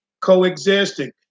coexisting